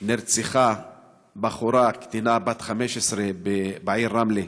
נרצחה בחורה, קטינה, בת 17, בעיר רמלה,